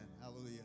Hallelujah